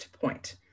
point